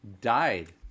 died